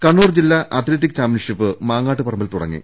കണ്ണൂർ ജില്ലാ athletic championship മാങ്ങാട്ട് പറമ്പിൽ തുടങ്ങി